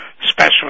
special